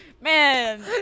Man